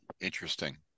Interesting